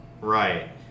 Right